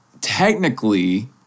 technically